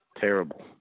Terrible